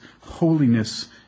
holiness